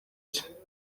cye